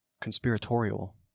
conspiratorial